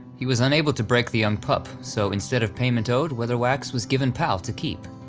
he was unable to break the young pup, so instead of payment owed, weatherwax was given pal to keep.